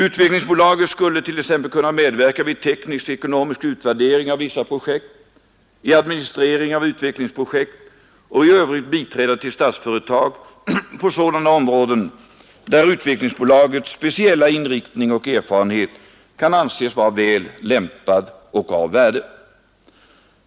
Utvecklingsbolaget skulle t.ex. kunna medverka vid teknisk-ekonomisk utvärdering av vissa projekt, i administrering av utvecklingsprojekt och i övrigt biträda Statsföretag på sådana områden där Utvecklingsbolagets speciella inriktning och erfarenhet kan anses vara väl lämpad och av värde.